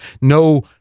no